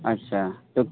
আচ্ছা তো